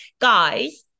Guys